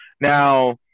Now